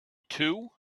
too